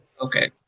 Okay